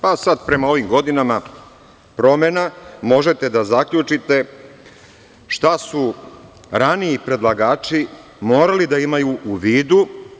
Prema ovim godinama promena možete da zaključite šta su raniji predlagači morali da imaju u vidu.